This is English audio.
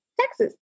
Texas